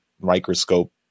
microscope